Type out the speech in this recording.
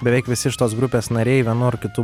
beveik visi šitos grupės nariai vienu ar kitu